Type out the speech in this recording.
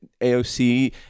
AOC